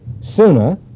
sooner